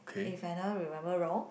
if I never remember wrong